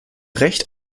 recht